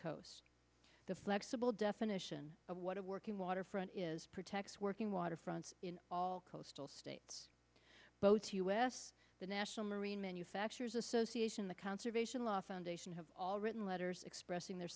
coasts the flexible definition of what a working waterfront is protects working waterfronts in all coastal states both u s the national marine manufacturers association the conservation law foundation have all written letters expressing their